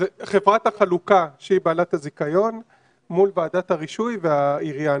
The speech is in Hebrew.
חברת החלוקה שהיא בעלת הזיכיון מול ועדת הרישוי והעירייה.